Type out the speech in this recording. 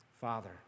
Father